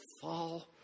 fall